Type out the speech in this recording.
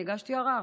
אני הגשתי ערר.